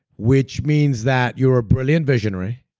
which means that you're a brilliant visionary.